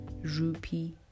rupee